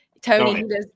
Tony